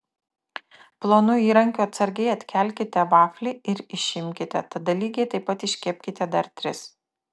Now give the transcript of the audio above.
plonu įrankiu atsargiai atkelkite vaflį ir išimkite tada lygiai taip iškepkite dar tris